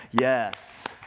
Yes